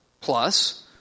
plus